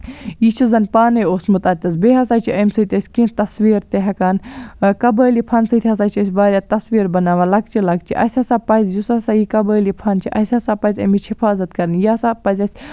یہِ چھُ زَن پانے اوسمُت اَتتھس بیٚیہِ ہسا چھ امہِ سۭتۍ أسۍ کینٛہہ تَصویٖر تہِ ہیٚکان قبٲیلی فنہٕ سۭتۍ ہسا چھِ أسۍ واریاہ تصویٖر بناوان لَکچہِ لَکچہِ اسہِ ہسا پَزِ یُس ہسا یہٕ قبٲہلی فن چھُ اسہِ ہسا پَزِ اَمِچ حِفاظت کَرٕنۍ یہِ ہسا پَزِ اسہِ